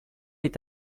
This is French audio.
est